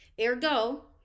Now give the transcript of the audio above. ergo